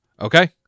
Okay